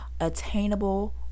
attainable